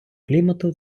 клімату